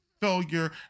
failure